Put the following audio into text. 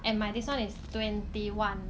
and my this one is twenty one